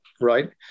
Right